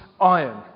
iron